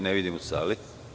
Ne vidim u sali.